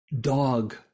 dog